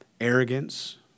Arrogance